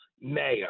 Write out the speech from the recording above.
mayor